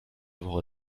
woche